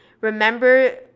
remember